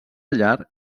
llar